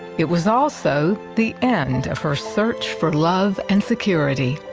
it was also the end of her search for love and security.